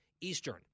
Eastern